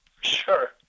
Sure